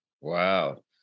Wow